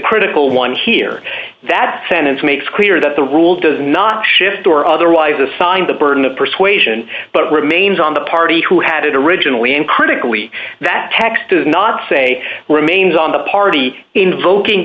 critical one here that sentence makes clear that the rule does not shift or otherwise assign the burden of persuasion but remains on the party who had it originally and critically that text does not say remains on the party invoking